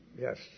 yes